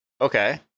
Okay